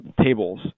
tables